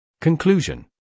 Conclusion